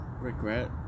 regret